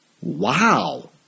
Wow